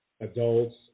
adults